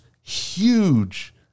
huge